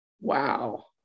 Wow